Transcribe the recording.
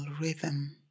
rhythm